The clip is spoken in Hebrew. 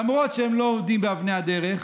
למרות שהם לא עומדים באבני הדרך.